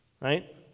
right